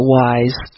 wise